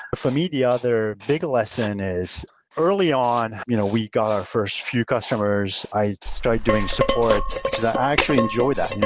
for me, the other big lesson is early on you know we got our first few customers. i started doing support, because i actually enjoy that,